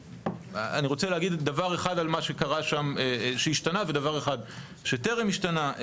אני רוצה להגיד דבר אחד על מה שקרה שם שהשתנה ודבר אחד שטרם השתנה.